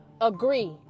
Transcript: agree